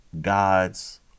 God's